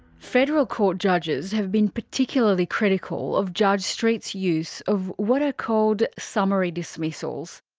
federal court judges have been particularly critical of judge street's use of what are called summary dismissals.